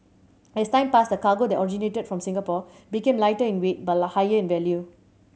as time passed the cargo that originated from Singapore became lighter in weight but higher in value